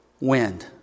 wind